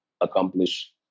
accomplish